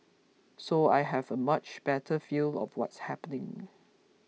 so I have a much better feel of what's happening